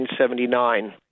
1979